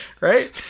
Right